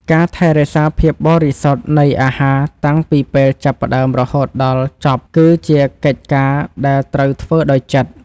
ការថែរក្សាភាពបរិសុទ្ធនៃអាហារតាំងពីពេលចាប់ផ្ដើមរហូតដល់ចប់គឺជាកិច្ចការដែលត្រូវធ្វើដោយចិត្ត។